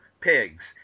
pigs